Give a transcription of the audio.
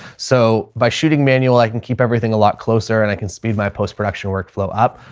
so by shooting manual i can keep everything a lot closer and i can speed my post production workflow up.